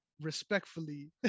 respectfully